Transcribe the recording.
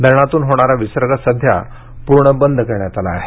धरणातून होणारा विसर्ग सध्या पूर्ण बंद करण्यात आला आहे